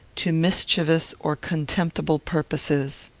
to mischievous or contemptible purposes.